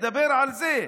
לדבר על זה.